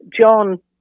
john